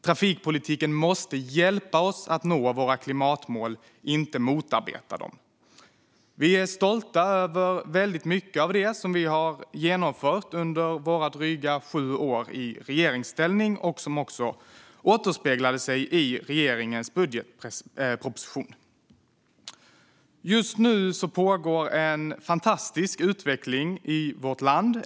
Trafikpolitiken måste hjälpa oss att nå våra klimatmål, inte motarbeta det. Vi är stolta över väldigt mycket av det som vi har genomfört under våra dryga sju år i regeringsställning och som också återspeglade sig i regeringens budgetproposition. Just nu pågår en fantastisk utveckling i vårt land.